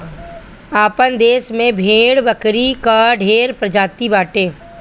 आपन देस में भेड़ बकरी कअ ढेर प्रजाति बाटे